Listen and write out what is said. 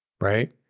right